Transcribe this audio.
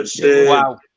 Wow